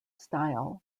style